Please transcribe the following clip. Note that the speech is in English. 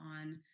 on